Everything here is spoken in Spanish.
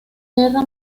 guerra